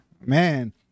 man